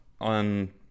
on